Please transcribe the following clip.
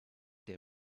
der